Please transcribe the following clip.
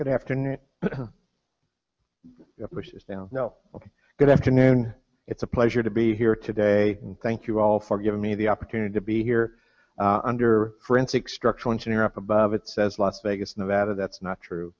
good afternoon which is no ok good afternoon it's a pleasure to be here today and thank you all for giving me the opportunity to be here under forensic structural engineer up above it says las vegas nevada that's not true